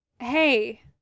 Hey